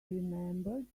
remembered